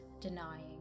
denying